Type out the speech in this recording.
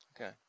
Okay